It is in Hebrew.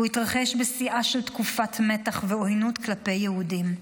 הוא התרחש בשיאה של תקופת מתח ועוינות כלפי יהודים.